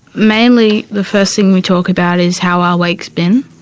mainly, the first thing we talk about is how our week's been,